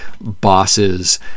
bosses